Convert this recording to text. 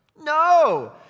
No